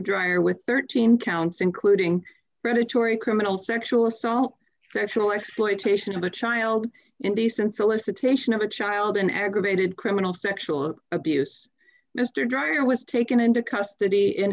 dreier with thirteen counts including predatory criminal sexual assault sexual exploitation of a child indecent solicitation of a child an aggravated criminal sexual abuse mr dreier was taken into custody in